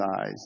eyes